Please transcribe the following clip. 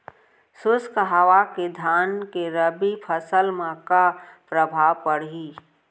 शुष्क हवा के धान के रबि फसल मा का प्रभाव पड़ही?